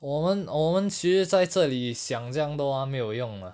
我们我们学在这里想这样多 ah 没有用 ah